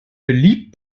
beliebt